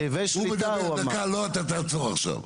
אתה תעצור עכשיו.